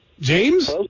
James